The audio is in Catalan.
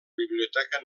biblioteca